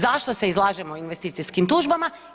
Zašto se izlažemo investicijskim tužbama?